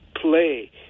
play